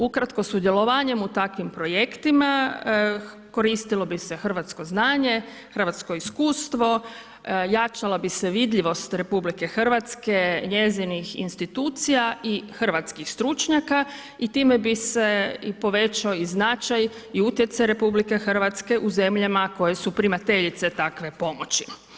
Ukratko, sudjelovanjem u takvim projektima koristilo bi se hrvatsko znanje, hrvatsko iskustvo, jačala bi se vidljivost RH, njezinih institucija i hrvatskih stručnjaka i time bi se i povećao i značaj i utjecaj RH u zemljama koje su primateljice takve pomoći.